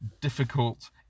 difficult